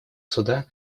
суда